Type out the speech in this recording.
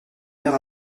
heure